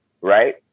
right